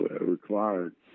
required